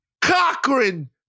Cochran